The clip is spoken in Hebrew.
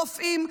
רופאים,